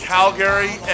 Calgary